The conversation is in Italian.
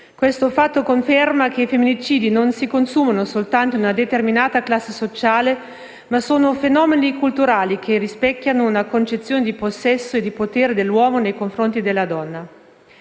Questo fatto conferma che i femminicidi non si consumano solo in una determinata classe sociale, ma sono fenomeni culturali che rispecchiano una concezione di possesso e di potere dell'uomo nei confronti della donna.